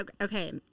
Okay